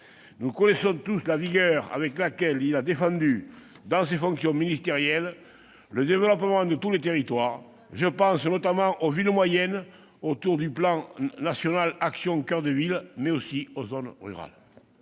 Nous connaissons tous la vigueur avec laquelle il a défendu, dans ses fonctions ministérielles, le développement de tous les territoires. Très bien ! Je pense non seulement aux villes moyennes, autour du plan national « Action coeur de ville », mais aussi aux zones rurales.